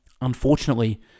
Unfortunately